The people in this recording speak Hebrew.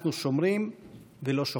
אנחנו שומרים ולא שוכחים.